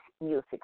music